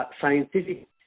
scientific